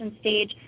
stage